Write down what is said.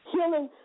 Healing